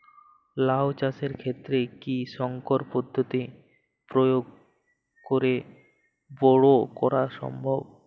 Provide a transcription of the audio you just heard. লাও চাষের ক্ষেত্রে কি সংকর পদ্ধতি প্রয়োগ করে বরো করা সম্ভব?